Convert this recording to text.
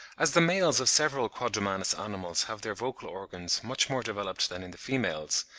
as the males of several quadrumanous animals have their vocal organs much more developed than in the females,